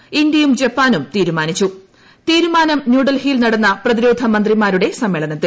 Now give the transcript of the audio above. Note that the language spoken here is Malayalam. തുടരാൻ ഇന്ത്യയും ജപ്പാനും തീരുമാനിച്ചു തീരുമാനം ന്യൂഡൽഹിയിൽ നടന്ന് പ്രതിരോധ മന്ത്രിമാരുടെ സമ്മേളനത്തിൽ